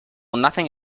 nothing